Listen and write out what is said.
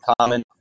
common